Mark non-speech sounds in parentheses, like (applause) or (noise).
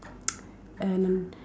(noise) and